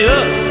up